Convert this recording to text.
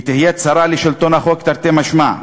היא תהיה צרה לשלטון החוק, תרתי משמע,